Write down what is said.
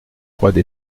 froide